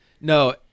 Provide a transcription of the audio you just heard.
No